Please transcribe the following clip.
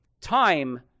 time